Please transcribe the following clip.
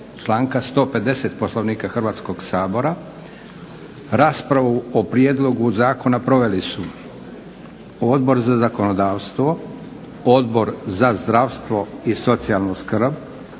do 150. Poslovnika Hrvatskog sabora. Raspravu o prijedlogu zakona proveli Odbor za zakonodavstvo, Odbor za zdravstvo i socijalnu skrb,